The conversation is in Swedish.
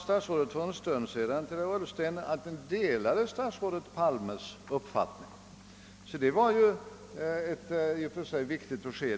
Statsrådet sade för en stund sedan till herr Ullsten att Ni delade statsrådet Palmes uppfattning. Se, det var ju ett i och för sig viktigt besked.